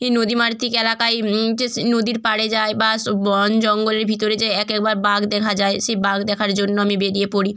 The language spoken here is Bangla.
এ নদীমাতৃক এলাকায় হচ্ছে নদীর পাড়ে যাই বা বন জঙ্গলের ভিতরে যাই এক একবার বাগ দেখা যায় সেই বাগ দেখার জন্য আমি বেরিয়ে পড়ি